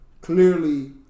clearly